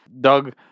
Doug